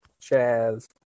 Chaz